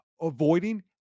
avoiding